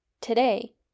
today